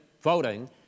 voting